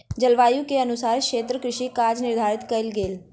जलवायु के अनुसारे क्षेत्रक कृषि काज निर्धारित कयल गेल